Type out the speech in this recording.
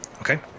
Okay